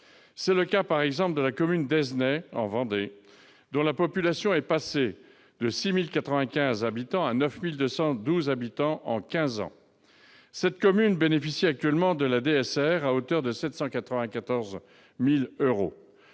C'est le cas de la commune d'Aizenay, en Vendée, dont la population est passée de 6 095 à 9 212 habitants en quinze ans. Cette commune bénéficie actuellement de la DSR à hauteur de 794 000 euros.